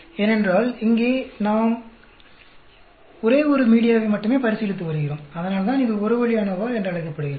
ஏனென்றால் இங்கே நாம் ஒரே ஒரு மீடியாவை மட்டுமே பரிசீலித்து வருகிறோம் அதனால்தான் இது ஒரு வழி அநோவா என்று அழைக்கப்படுகிறது